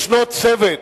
יש צוות